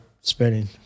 spinning